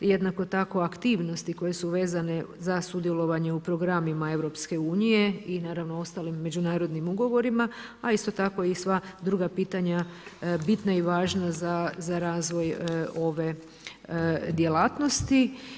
Jednako tako aktivnosti koje su vezane za sudjelovanje u programima EU i naravno ostalim međunarodnim ugovorima, a isto tako i sva druga pitanja bitna i važna za razvoj ove djelatnosti.